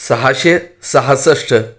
सहाशे सहासष्ट